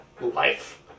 life